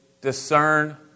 discern